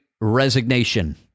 Resignation